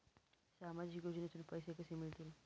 सामाजिक योजनेतून पैसे कसे मिळतील?